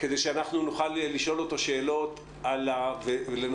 כדי שאנחנו נוכל לשאול אותו שאלות ולנסות